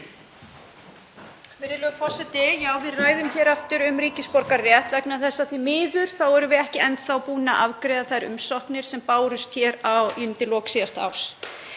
Við ræðum hér aftur um ríkisborgararétt en því miður erum við ekki enn búin að afgreiða þær umsóknir sem bárust undir lok síðasta árs.